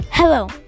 Hello